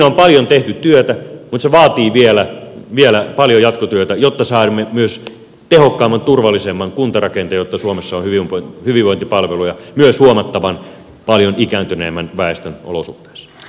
siinä on paljon tehty työtä mutta se vaatii vielä paljon jatkotyötä jotta saamme myös tehokkaamman turvallisemman kuntarakenteen jotta suomessa on hyvinvointipalveluja myös huomattavan paljon ikääntyneemmän väestön olot